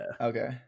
okay